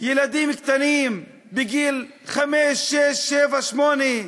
ילדים קטנים, בגיל חמש, שש, שבע, שמונה.